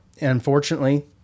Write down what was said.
unfortunately